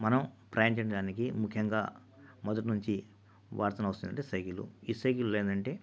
మనం ప్రయాణించడానికి ముఖ్యంగా మొదటి నుంచి వాడుతూ వస్తున్నది ఏంటంటే సైకిలు ఈ సైకిళ్ళు ఏంటంటే